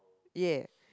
ya